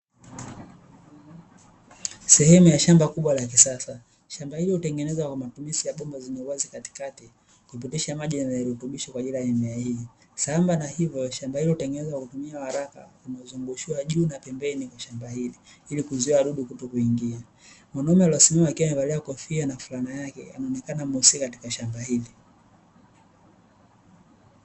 Sehemu ya shamba kubwa la kisasa, shamba hili lililotengenezwa kwa matumizi ya bomba zenye uazi katikati kupitisha maji yanayorutubisha kwa ajili ya mimea hii. Sambamba na hivyo shamba hilo limetengenezwa kwa kutumia waraka uliozungushiwa juu na pembeni ya shamba hili ilikuzuia wadudu kutokuingia. Mwanaume aliesimama akiwa amevalia kofia na fulana yake anaonekana muhusika katika shamba hili.